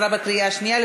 עברה בקריאה שנייה.